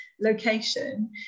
location